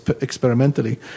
experimentally